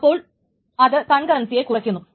അപ്പോൾ ഇത് കറൻസിയെ കുറയ്ക്കുന്നു